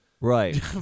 Right